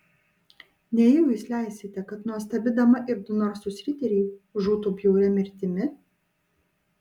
nejau jūs leisite kad nuostabi dama ir du narsūs riteriai žūtų bjauria mirtimi